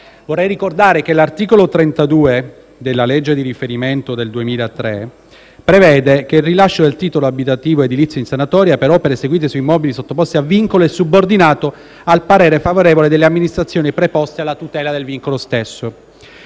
come modificato dalla legge n. 326 del 2003, prevede che «il rilascio del titolo abitativo edilizio in sanatoria per opere eseguite su immobili sottoposti a vincolo, è subordinato al parere favorevole delle amministrazioni preposte alla tutela del vincolo stesso.